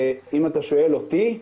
ואם אתה שואל אותי,